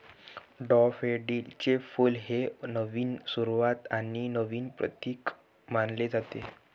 डॅफोडिलचे फुल हे नवीन सुरुवात आणि नवीन प्रतीक मानले जाते